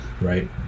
right